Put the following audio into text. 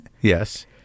Yes